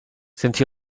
since